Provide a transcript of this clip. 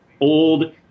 old